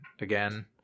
again